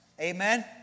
Amen